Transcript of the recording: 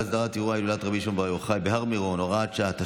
החוק להסדרת אירוע הילולת רבי שמעון בר יוחאי בהר מירון (הוראת שעה),